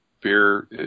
beer